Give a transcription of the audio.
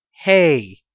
hey